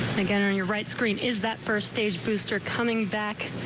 like and and your right screen is that first stage booster coming back.